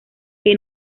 que